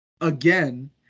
again